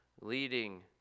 leading